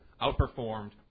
outperformed